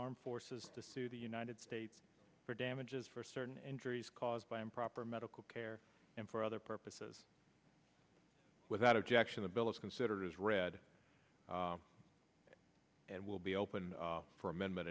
armed forces to sue the united states for damages for certain entries caused by improper medical care and for other purposes without objection the bill is considered as read and will be open for a